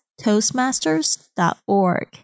toastmasters.org